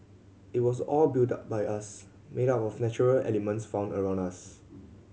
it was all built by us made up of natural elements found around us